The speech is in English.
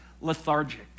lethargic